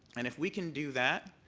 and if we can do that,